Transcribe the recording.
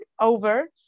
over